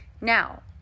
Now